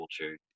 culture